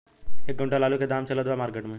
एक क्विंटल आलू के का दाम चलत बा मार्केट मे?